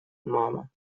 мама